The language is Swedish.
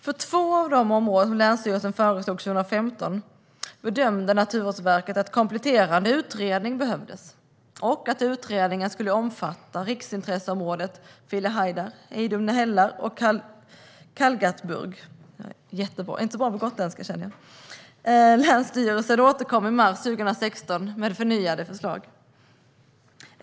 För två av de områden som länsstyrelsen föreslog 2015 bedömde Naturvårdsverket att kompletterande utredning behövdes och att utredningen skulle omfatta riksintresseområdet Filehajdar, Hejnum hällar och Kallgatburg. Länsstyrelsen återkom i mars 2016 med förnyade förslag.